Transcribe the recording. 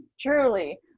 Truly